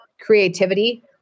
creativity